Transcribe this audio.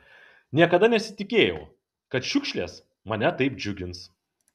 niekada nesitikėjau kad šiukšlės mane taip džiugins